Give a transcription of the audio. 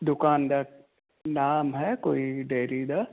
ਦੁਕਾਨਦਾਰ ਨਾਮ ਹੈ ਕੋਈ ਡੇਅਰੀ ਦਾ